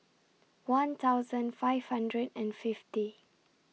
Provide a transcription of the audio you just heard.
one thousand five hundred and fifty